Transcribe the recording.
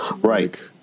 Right